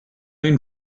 une